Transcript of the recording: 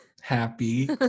happy